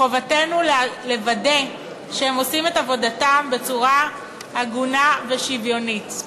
מחובתנו לוודא שהם עושים את עבודתם בצורה הגונה ושוויונית.